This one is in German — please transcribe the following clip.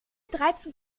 dreizehn